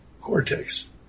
cortex